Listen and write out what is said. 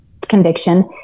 conviction